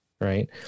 right